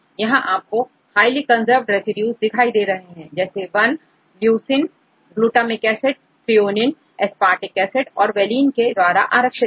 यहां आपको highly variable residues भी दिखाई दे रहे हैं जैसे one leucine glutamic acid threonine aspartic acid and valineके द्वारा आरक्षित है